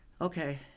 Okay